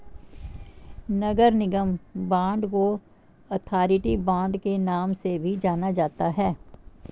नगर निगम बांड को authority bond के नाम से भी जाना जाता है